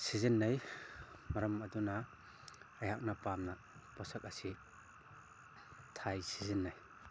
ꯁꯤꯖꯤꯟꯅꯩ ꯃꯔꯝ ꯑꯗꯨꯅ ꯑꯩꯍꯥꯛꯅ ꯄꯥꯝꯅ ꯄꯣꯠꯁꯛ ꯑꯁꯤ ꯊꯥꯏ ꯁꯤꯖꯤꯟꯅꯩ